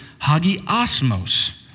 hagiosmos